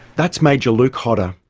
that's major luke hodda.